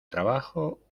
trabajo